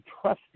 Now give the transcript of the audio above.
trusted